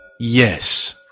Yes